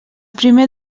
primer